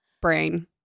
brain